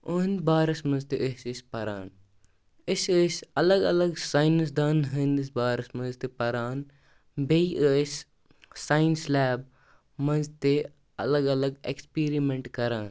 یِہٕنٛدِ بارَس منٛز تہِ ٲسۍ أسۍ پَران أسۍ ٲسۍ الگ الگ ساینَس دانن ہِنٛدِس بارَس منٛز تہِ پَران بیٚیہِ ٲسۍ ساینَس لیب منٛز تہِ الگ الگ ایٚکٕسپیٖرمٮ۪نٛٹ کَران